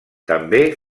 també